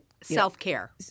self-care